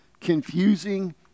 confusing